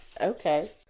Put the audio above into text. Okay